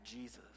Jesus